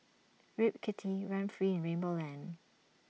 Rip Kitty run free in rainbow land